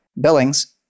billings